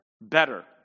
better